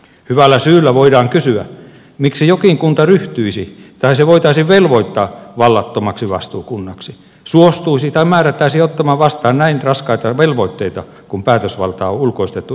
hyvällä syyllä voidaan kysyä miksi jokin kunta ryhtyisi tai se voitaisiin velvoittaa vallattomaksi vastuukunnaksi suostuisi tai määrättäisiin ottamaan vastaan näin raskaita velvoitteita kun päätösvaltaa on ulkoistettu yhteistoimintaelimelle